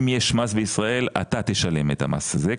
שאם יש מס בישראל אתה תשלם את המס הזה.